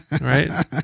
Right